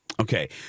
Okay